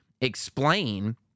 explain